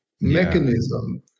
mechanism